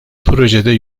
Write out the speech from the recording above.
projede